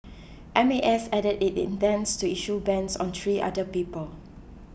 M A S added it intends to issue bans on three other people